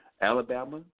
Alabama